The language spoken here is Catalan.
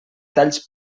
talls